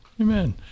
Amen